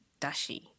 dashi